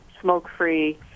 smoke-free